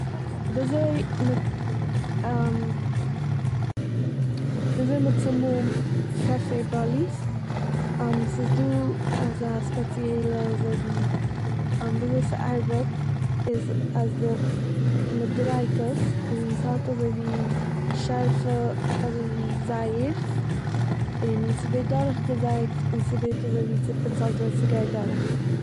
וויזוי מ'- וויזוי מ'צומאלט פעפער באליס. ס'איז דא אזא ספעציעלע אזויווי... וויזוי ס'ארבעט איז אז די- מ'דרייט עס און ס'האט אזויווי שארפע אזויווי זייערס און ס'ווערט דורכגעזייט און ס'ווערט אזויווי צופיצלט ווען ס'גייט דורך.